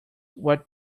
what